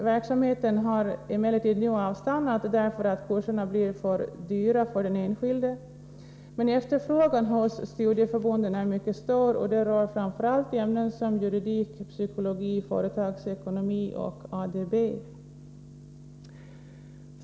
Verksamheten har emellertid nu avstannat därför att kurserna blir för dyra för den enskilde, men efterfrågan hos studieförbunden är mycket stor och rör framför allt ämnen som juridik, psykologi, företagsekonomi och ADB.